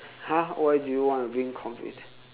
!huh! why do you want to bring computer